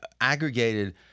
aggregated